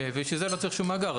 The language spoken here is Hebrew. בשביל זה לא צריך שום מאגר.